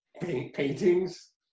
paintings